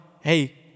hey